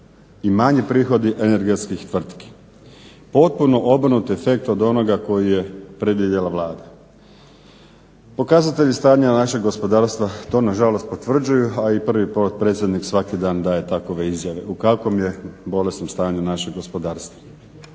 i manji prihodi energetskih tvrtki. Potpuno obrnut efekt od onoga koji je predvidjela Vlada. Pokazatelji stanja našeg gospodarstva to nažalost potvrđuju, a i prvi potpredsjednik svaki dan daje takve izjave, u kakvom je bolesnom stanju naše gospodarstvo.